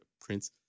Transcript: Prince